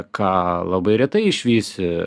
ką labai retai išvysi